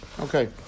Okay